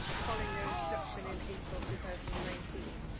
following their introduction in april two thousand and nineteen.